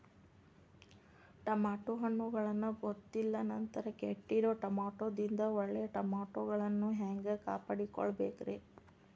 Tomato ಹಣ್ಣುಗಳನ್ನ ಗೊತ್ತಿಲ್ಲ ನಂತರ ಕೆಟ್ಟಿರುವ ಟಮಾಟೊದಿಂದ ಒಳ್ಳೆಯ ಟಮಾಟೊಗಳನ್ನು ಹ್ಯಾಂಗ ಕಾಪಾಡಿಕೊಳ್ಳಬೇಕರೇ?